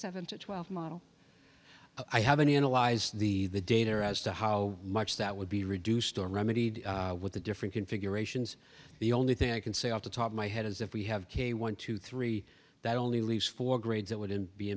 seven to twelve model i have any analyze the the data as to how much that would be reduced or remedied with the different configurations the only thing i can say off the top of my head as if we have k one two three that only leaves four grades that wouldn't be